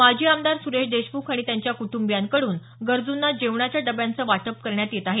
माजी आमदार सुरेश देशमुख आणि त्यांच्या कुटंबियांकडून गरजुंना जेवणाच्या डब्ब्यांचं वाटप करण्यात येत आहे